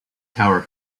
tower